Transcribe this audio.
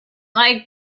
like